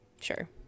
sure